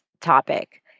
topic